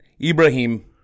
Ibrahim